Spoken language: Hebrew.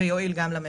וגם יועיל למשק.